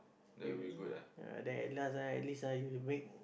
you then ya then at last ah at least ah you will make